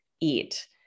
eat